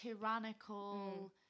tyrannical